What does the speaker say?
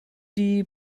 die